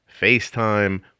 FaceTime